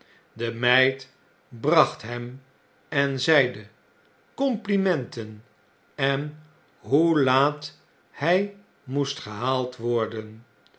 de meid bracht hem en zeide complimenten en hoe laat hy moest gehaald worden